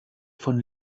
von